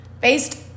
Based